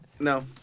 No